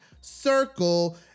circle